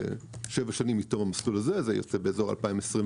וכשבע שנים מתום המסלול הזה, זה יוצא באזור 2029,